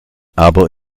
aber